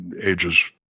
ages